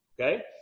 Okay